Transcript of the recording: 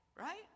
right